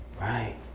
Right